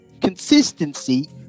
consistency